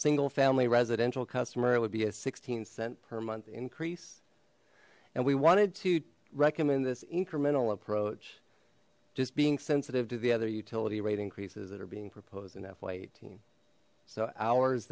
single family residential customer it would be a sixteen cent per month increase and we wanted to recommend this incremental approach just being sensitive to the other utility rate increases that are being proposed in fy eighteen so ours